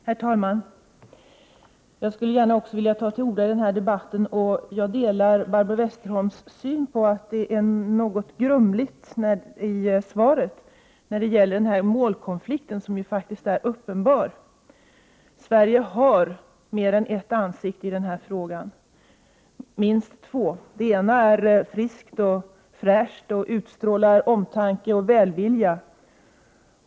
Herr talman! Jag skulle också gärna vilja ta till orda i denna debatt. Jag delar Barbro Westerholms uppfattning att svaret är något grumligt när det gäller målkonflikten, som är uppenbar. Sverige har mer än ett ansikte i denna fråga, minst två. Det ena är friskt och fräscht och utstrålar omtanke och välvilja.